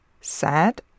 sad